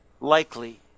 likely